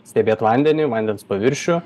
stebėt vandenį vandens paviršių